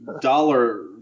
dollar